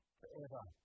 forever